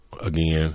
again